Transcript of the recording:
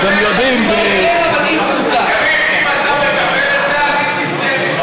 אתם יודעים, יריב, אם אתה מקבל את זה אני צנצנת.